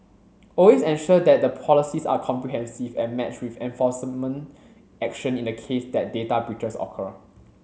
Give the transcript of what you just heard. always ensure that the policies are comprehensive and matched with enforcement action in the case that data breaches occur